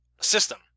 system